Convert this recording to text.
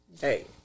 hey